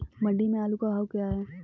मंडी में आलू का भाव क्या है?